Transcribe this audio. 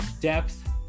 depth